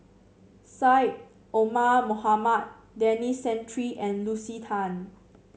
Syed Omar Mohamed Denis Santry and Lucy Tan